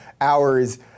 hours